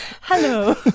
hello